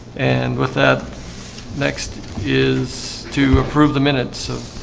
and with that next is to approve the minutes of